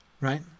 right